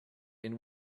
and